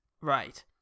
Right